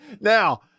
Now